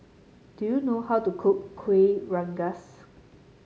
do you know how to cook Kuih Rengas